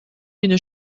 d’une